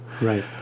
Right